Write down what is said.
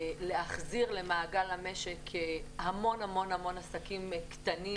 להחזיר למעגל המון המון המון עסקים קטנים,